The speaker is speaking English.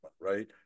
right